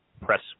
press